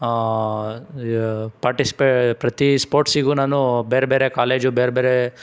ಪಾರ್ಟಿಸಿಪೇ ಪ್ರತಿ ಸ್ಪೋಟ್ಸಿಗೂ ನಾನು ಬೇರೆ ಬೇರೆ ಕಾಲೇಜು ಬೇರೆ ಬೇರೆ